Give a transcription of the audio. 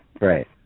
Right